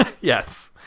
yes